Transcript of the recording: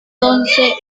doce